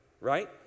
right